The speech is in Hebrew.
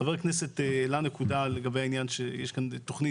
חבר הכנסת העלה נקודה לגבי זה שיש כאן תכנית